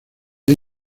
hay